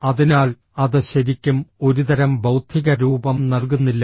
അതിനാൽ അത് ശരിക്കും ഒരുതരം ബൌദ്ധിക രൂപം നൽകുന്നില്ല